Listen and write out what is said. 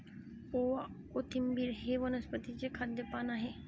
ओवा, कोथिंबिर हे वनस्पतीचे खाद्य पान आहे